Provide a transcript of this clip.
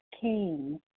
came